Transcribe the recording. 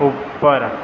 ऊपर